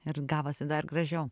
ir gavosi gražiau